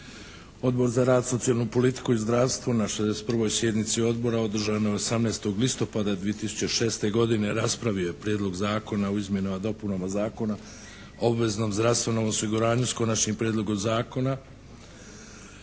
Odbor za rad, socijalnu politiku i zdravstvo na 61. sjednici Odbora održanoj 18. listopada 2006. godine raspravio je Prijedlog Zakona o izmjenama i dopunama Zakona o obveznom zdravstvenom osiguranju s Konačnim prijedlogom zakona